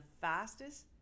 fastest